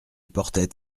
portait